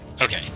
Okay